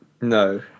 no